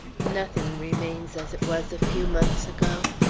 nothing remains as it was a few months ago.